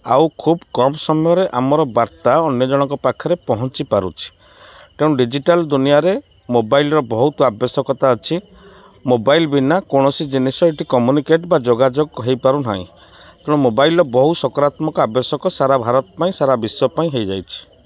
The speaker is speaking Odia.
ଆଉ ଖୁବ୍ କମ୍ ସମୟରେ ଆମର ବାର୍ତ୍ତା ଅନ୍ୟ ଜଣଙ୍କ ପାଖରେ ପହଞ୍ଚି ପାରୁଛି ତେଣୁ ଡିଜିଟାଲ୍ ଦୁନିଆରେ ମୋବାଇଲ୍ର ବହୁତ ଆବଶ୍ୟକତା ଅଛି ମୋବାଇଲ୍ ବିନା କୌଣସି ଜିନିଷ ଏଇଠି କମ୍ୟୁନିକେଟ୍ ବା ଯୋଗାଯୋଗ ହେଇପାରୁନାହିଁ ତେଣୁ ମୋବାଇଲ୍ର ବହୁ ସକାରାତ୍ମକ ଆବଶ୍ୟକ ସାରା ଭାରତ ପାଇଁ ସାରା ବିଶ୍ୱ ପାଇଁ ହେଇଯାଇଛି